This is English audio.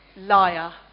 Liar